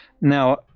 now